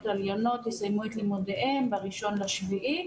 העליונות יסיימו את לימודיהם ב-1 ליולי.